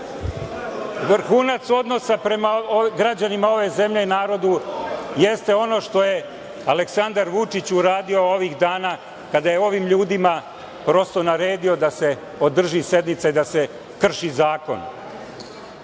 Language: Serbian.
stvari. Vrhunac odnosa prema građanima ove zemlje i narodu jeste ono što je Aleksandar Vučić uradio ovih dana kada je ovim ljudima prosto naredio da se održi sednica i da se krši zakon.